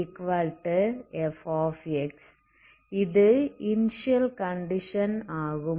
இது initial condition ஆகும்